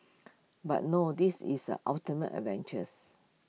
but no this is ultimate adventures